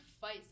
fight